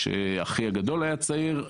כשאחי הגדול היה צעיר,